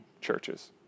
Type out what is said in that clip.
churches